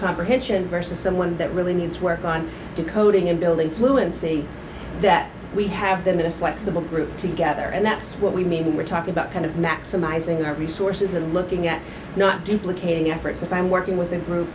comprehension versus someone that really needs work on decoding and building fluency that we have them in a flexible group together and that's what we mean we're talking about kind of maximizing our resources and looking at not duplicating efforts if i'm working with a group